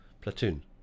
Platoon